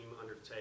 undertake